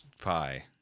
Pie